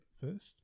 first